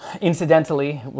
Incidentally